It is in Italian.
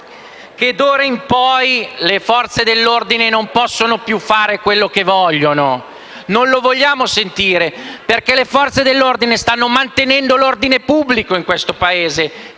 che d'ora in poi le Forze dell'ordine non possono più fare quello che vogliono. Non lo vogliamo sentire, perché le Forze dell'ordine stanno mantenendo l'ordine pubblico in questo Paese,